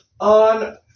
on